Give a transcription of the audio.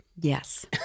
Yes